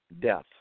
death